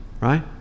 right